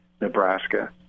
Nebraska